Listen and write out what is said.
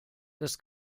das